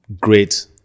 great